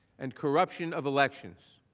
and corruption of elections.